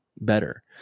better